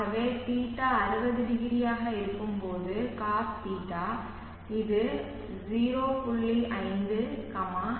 ஆகவே தீட்டா 600 ஆக இருக்கும்போது cos θ இது 0